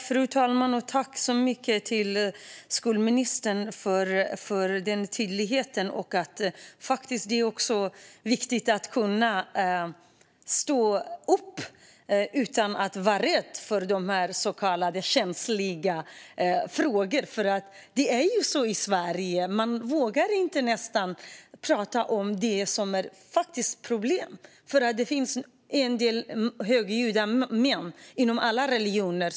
Fru talman! Tack, skolministern, för tydligheten! Det är viktigt att kunna stå upp utan att vara rädd för så kallade känsliga frågor. I Sverige vågar man nästan inte prata om det som är ett problem. Det finns en del högljudda män inom alla religioner.